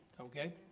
okay